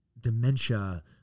dementia